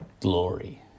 glory